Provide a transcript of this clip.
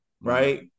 right